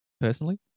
personally